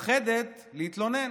שהיא מפחדת להתלונן.